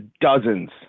dozens